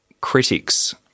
Critics